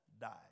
died